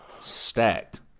stacked